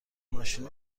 ماشین